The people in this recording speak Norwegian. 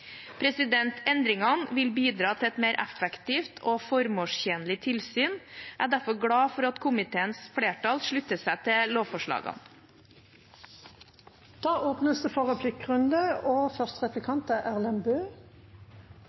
Endringene vil bidra til et mer effektivt og formålstjenlig tilsyn. Jeg er derfor glad for at komiteens flertall slutter seg til lovforslagene. Det blir replikkordskifte. Tilsyn er viktig, for